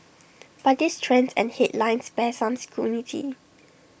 but these trends and headlines bear some scrutiny